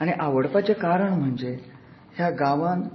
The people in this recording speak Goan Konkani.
आनी आवडपाचे कारण म्हणजे ह्या गांवान एक